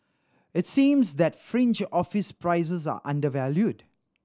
it seems that fringe office prices are undervalued